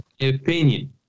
opinion